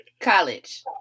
College